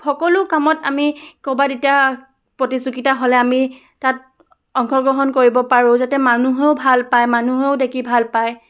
সকলো কামত আমি ক'ৰবাত এতিয়া প্ৰতিযোগিতা হ'লে আমি তাত অংশগ্ৰহণ কৰিব পাৰোঁ যাতে মানুহেও ভাল পায় মানুহেও দেখি ভাল পায়